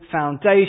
foundation